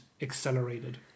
accelerated